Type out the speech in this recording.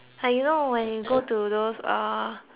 like you know when you go to those uh